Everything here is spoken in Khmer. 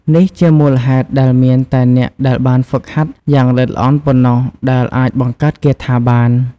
នេះជាមូលហេតុដែលមានតែអ្នកដែលបានហ្វឹកហ្វឺនយ៉ាងល្អិតល្អន់ប៉ុណ្ណោះដែលអាចបង្កើតគាថាបាន។